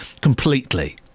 completely